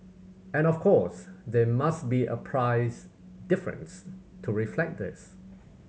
and of course there must be a price difference to reflect this